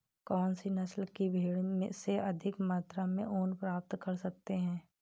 कौनसी नस्ल की भेड़ से अधिक मात्रा में ऊन प्राप्त कर सकते हैं?